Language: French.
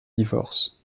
divorce